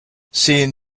seeing